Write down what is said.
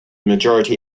majority